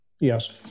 Yes